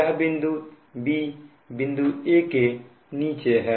यह बिंदु b बिंदु a के नीचे है